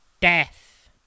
death